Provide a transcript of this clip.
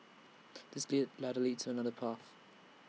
this ladder leads to another path